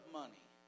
money